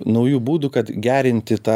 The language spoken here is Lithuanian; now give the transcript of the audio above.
naujų būdų kad gerinti tą